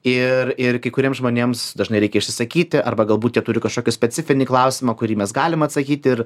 ir kai kuriem žmonėms dažnai reikia išsisakyti arba galbūt jie turi kažkokį specifinį klausimą kurį mes galim atsakyt ir